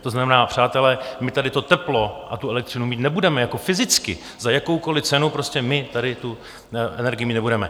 To znamená, přátelé, my tady to teplo a tu elektřinu mít nebudeme jako fyzicky, za jakoukoliv cenu, prostě my tady tu energii mít nebudeme.